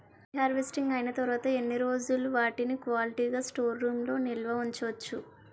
వరి హార్వెస్టింగ్ అయినా తరువత ఎన్ని రోజులు వాటిని క్వాలిటీ గ స్టోర్ రూమ్ లొ నిల్వ ఉంచ వచ్చు?